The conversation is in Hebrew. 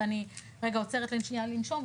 ואני רגע אני עוצרת שנייה לנשום,